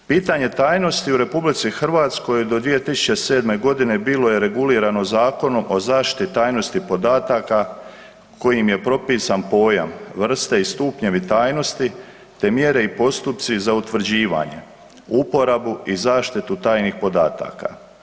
Pitanje tajnosti u RH do 2007.g. bilo je regulirano Zakonom o zaštiti tajnosti podataka kojim je propisan pojam, vrste i stupnjevi tajnosti te mjere i postupci za utvrđivanje, uporabu i zaštitu tajnih podataka.